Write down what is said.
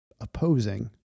opposing